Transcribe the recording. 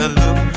look